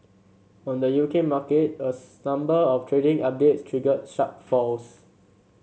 on the U K market a number of trading updates triggered sharp falls